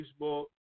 Facebook